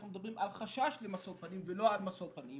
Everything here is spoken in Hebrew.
אנחנו מדברים על חשש למשוא פנים ולא על משוא פנים